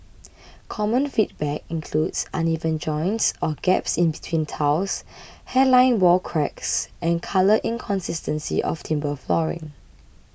common feedback includes uneven joints or gaps in between tiles hairline wall cracks and colour inconsistency of timber flooring